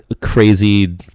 crazy